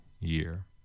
year